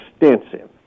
extensive